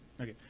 Okay